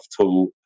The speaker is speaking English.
tool